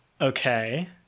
Okay